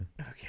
Okay